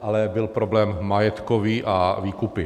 ale byl problém majetkový a výkupy.